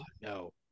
no